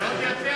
זה מאוד יפה,